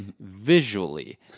visually